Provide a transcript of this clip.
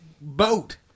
boat